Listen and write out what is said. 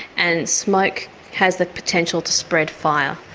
and smoke has the potential to spread fire.